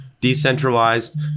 decentralized